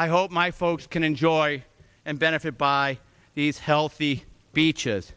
i hope my folks can enjoy and benefit by these healthy beaches